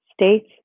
states